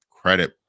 Credit